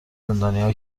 زندانیها